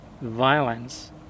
violence